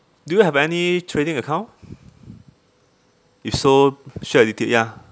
do you have any trading account if so share a litt~ ya